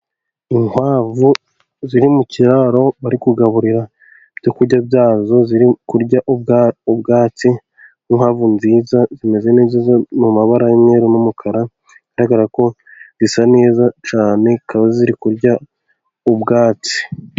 Inkwavu ziri mu kiraro, bari kugaburira ibyo kurya byazo ziri kurya ubwatsi, inkwavu nziza zimeze neza mu mabara y'umweru n'umukara, zigaragara ko zisa neza cyane zikaba ziri kurya ubwatsi.